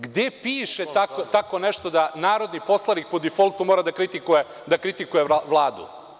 Gde piše tako nešto, da narodni poslanik po difoltu mora da kritikuje Vladu?